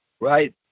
Right